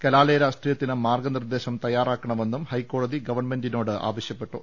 കലാലയ രാഷ്ട്രീയത്തിന് മാർഗനിർദേശം തയ്യാറാക്ക ണമെന്നും ഹൈക്കോടതി ഗവൺമെന്റിനോടാവശ്യപ്പെട്ടു